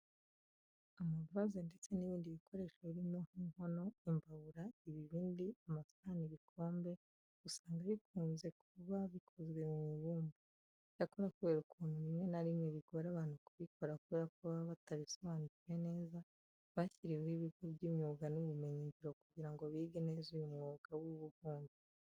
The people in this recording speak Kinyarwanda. Amavaze ndetse n'ibindi bikoresho birimo nk'inkono, imbabura, ibibindi, amasahani, ibikombe usanga bikunze kuba bikozwe mu ibumba. Icyakora kubera ukuntu rimwe na rimwe bigora abantu kubikora kubera ko baba batabisobanukiwe neza, bashyiriweho ibigo by'imyuga n'ubumenyingiro kugira ngo bige neza uyu mwuga w'ububumbyi.